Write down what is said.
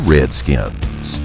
Redskins